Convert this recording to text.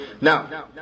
Now،